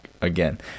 again